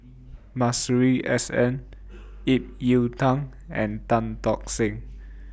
Masuri S N Ip Yiu Tung and Tan Tock Seng